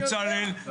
בצלאל,